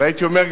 והייתי אומר,